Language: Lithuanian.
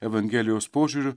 evangelijos požiūriu